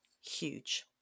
huge